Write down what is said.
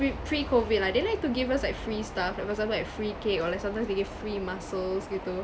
pre pre COVID lah they like to give us like free stuff like for example like free cake or like sometimes they give free mussels gitu